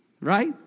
Right